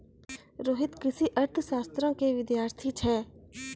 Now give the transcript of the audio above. रोहित कृषि अर्थशास्त्रो के विद्यार्थी छै